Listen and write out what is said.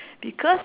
because